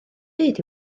byd